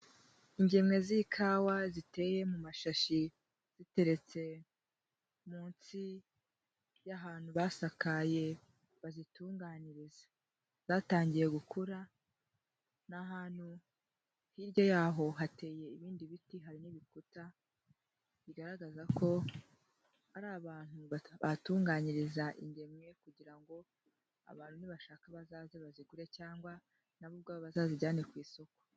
Ingemwe z'ikawa ziteye mu mashashi, ziteretse munsi y'ahantu basakaye, bazitunganyiriza. Zatangiye gukura, ni ahantu, hirya yaho hateye ibindi biti, hari n'ibikuta, bigaragaza ko hari abantu bahatunganyiriza ingemwe kugira ngo abantu nibashaka bazaze bazigure cyangwa na bo ubwabo bazazijyane ku isoko.